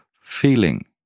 feeling